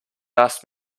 asked